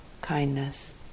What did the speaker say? kindness